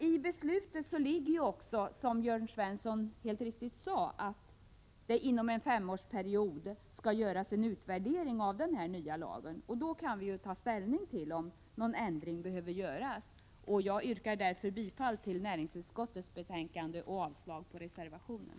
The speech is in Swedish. I beslutet ligger också, som Jörn Svensson helt riktigt sade, att det inom en femårsperiod skall göras en utvärdering av den nya lagen, och då kan vi ta ställning till om någon ändring behöver göras. Jag yrkar därför bifall till näringsutskottets hemställan och avslag på reservationen.